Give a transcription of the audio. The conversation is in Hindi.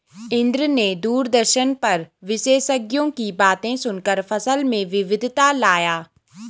इंद्र ने दूरदर्शन पर विशेषज्ञों की बातें सुनकर फसल में विविधता लाया